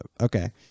okay